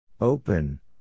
Open